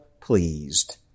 pleased